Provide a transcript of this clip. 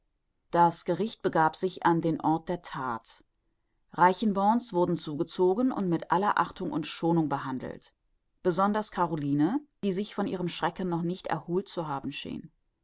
das gericht begab sich an den ort der that reichenborns wurden zugezogen und mit aller achtung und schonung behandelt besonders caroline die sich von ihrem schrecken noch nicht erholt zu haben schien